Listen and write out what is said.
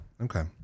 Okay